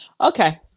Okay